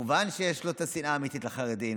כמובן שיש לו את השנאה האמיתית לחרדים.